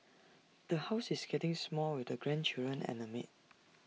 the house is getting small with the grandchildren and A maid